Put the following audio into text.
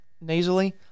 nasally